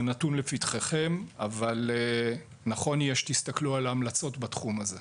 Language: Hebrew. זה נתון לפתחיכם אבל נכון יהיה שתסתכלו על ההמלצות בתחום הזה.